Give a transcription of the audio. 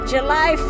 July